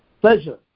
Pleasure